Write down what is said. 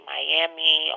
Miami